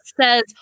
says